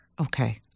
Okay